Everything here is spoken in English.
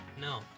No